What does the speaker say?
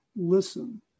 listen